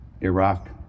Iraq